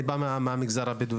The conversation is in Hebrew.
אני בא מהמגזר הבדואי,